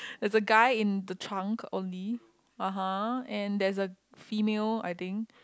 there is a guy in the trunk only (uh huh) and there is a female I think